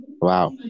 Wow